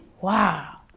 wow